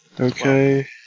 Okay